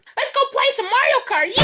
lets go play some mario kart!